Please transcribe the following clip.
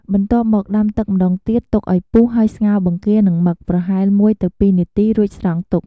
បន្ទាប់មកដាំទឹកម្ដងទៀត ទុកឱ្យពុះហើយស្ងោរបង្គា និងមឹក ប្រហែល ១ ទៅ ២នាទី រួចស្រង់ទុក។